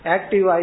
Active